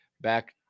back